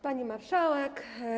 Pani Marszałek!